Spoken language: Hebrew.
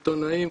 עיתונאים,